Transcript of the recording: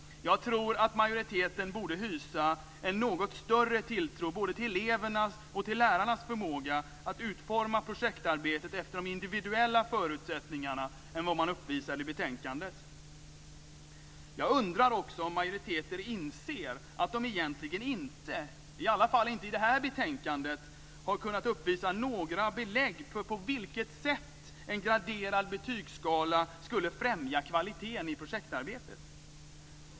Jag tror att majoriteten borde hysa en något större tilltro till både elevernas och lärarnas förmåga att utforma projektarbetet efter de individuella förutsättningarna än vad man uppvisar i betänkandet. Jag undrar också om majoriteten inser att den egentligen inte - i alla fall inte i det här betänkandet - har kunnat uppvisa något belägg för på vilket sätt en graderad betygsskala skulle främja kvaliteten i projektarbetet.